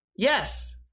Yes